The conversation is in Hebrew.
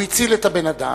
הוא הציל את הבן-אדם.